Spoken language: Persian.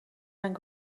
رنگ